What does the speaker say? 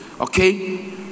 okay